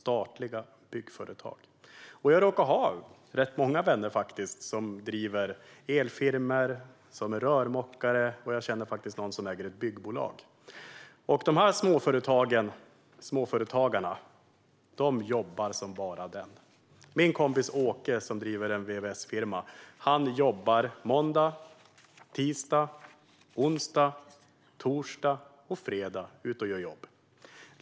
Jag råkar ha rätt många vänner som driver elfirmor, som är rörmokare och jag känner också någon som äger ett byggbolag. Dessa småföretagare jobbar som bara den. Min kompis Åke, som driver en vvs-firma, jobbar måndag, tisdag, onsdag, torsdag och fredag.